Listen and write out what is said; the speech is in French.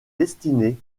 destiné